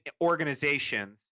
organizations